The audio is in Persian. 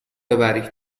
ببرید